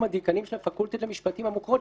הדיקנים של הפקולטות למשפטים המוכרות,